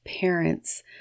parents